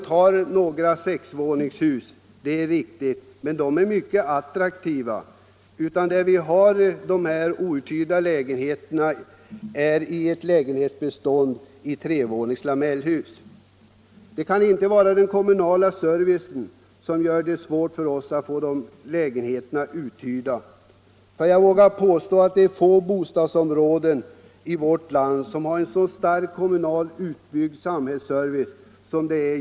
Visserligen finns det några sexvåningshus, men bostäderna där är mycket attraktiva. De outhyrda lägenheterna finns i ett lägenhetsbestånd i trevånings lamellhus. Inte heller kan det vara den kommunala servicen som gör det svårt för oss att få de lägenheterna uthyrda. Jag vågar nämligen påstå att få bostadsområden har en så starkt utbyggd kommunal samhällsservice som detta.